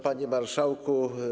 Panie Marszałku!